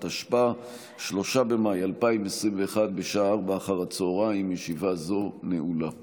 שלושה, אין מתנגדים ואין נמנעים.